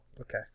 okay